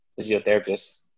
physiotherapists